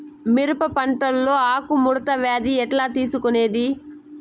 మిరప పంటలో ఆకు ముడత వ్యాధి ఎట్లా తెలుసుకొనేది?